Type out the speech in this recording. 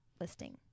listing